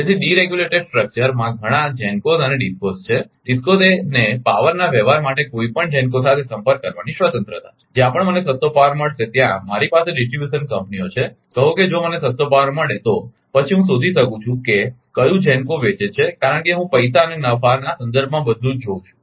તેથી ડીરેગ્યુલેટેડ સ્ટ્રક્ચરમાં ઘણાં GENCOs અને DISCOs છે DISCOs ને પાવરના વ્યવહાર માટે કોઈપણ GENCO સાથે સંપર્ક કરવાની સ્વતંત્રતા છે જ્યાં પણ મને સસ્તો પાવર મળશે ત્યાં મારી પાસે ડિસ્ટ્રિબ્યુશન કંપનીઓ છે કહો કે જો મને સસ્તો પાવર મળે તો પછી હું શોધી શકું છું કે કયું GENCO વેચે છે કારણ કે હું પૈસા અને નફાના સંદર્ભમાં બધું જોઉં છું